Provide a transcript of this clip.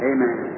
Amen